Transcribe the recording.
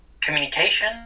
communication